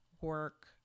work